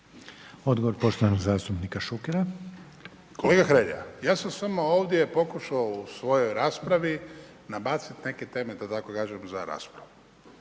Odgovor poštovanog zastupnika Šukera. **Šuker, Ivan (HDZ)** Kolega Hrelja, ja sam samo ovdje pokušao u svojoj raspravi nabaciti neke teme da tako kažem za raspravu.